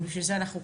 בשביל זה אנחנו כאן.